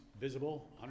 visible